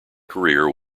career